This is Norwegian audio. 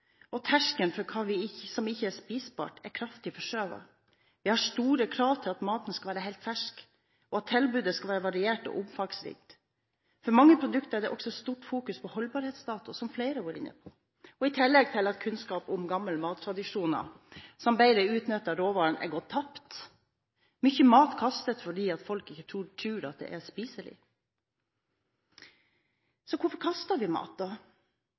og terskelen for hva som ikke er spiselig, er kraftig forskjøvet. Vi har store krav til at maten skal være helt fersk, og at tilbudet skal være variert og omfangsrikt. For mange produkter er det også et stort fokus på holdbarhetsdato, som flere har vært inne på, og i tillegg til at kunnskap om gamle mattradisjoner som utnyttet råvarene bedre, er gått tapt, blir mye mat kastet fordi folk ikke tror at den er spiselig. Så hvorfor kaster vi mat da?